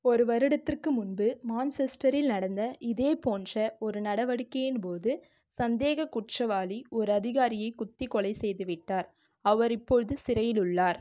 ஒரு வருடத்திற்கு முன்பு மான்செஸ்டரில் நடந்த இதேபோன்ற ஒரு நடவடிக்கையின் போது சந்தேகக் குற்றவாளி ஓர் அதிகாரியை குத்தி கொலை செய்துவிட்டார் அவர் இப்பொழுது சிறையில் உள்ளார்